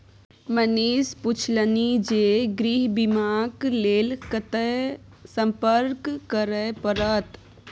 मनीष पुछलनि जे गृह बीमाक लेल कतय संपर्क करय परत?